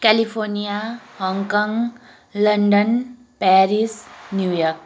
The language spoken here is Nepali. California Hong Kong London Paris New York